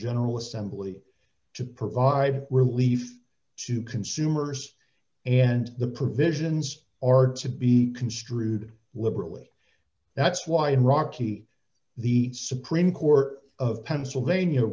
general assembly to provide relief to consumers and the provisions are to be construed liberally that's why in rocky the supreme court of pennsylvania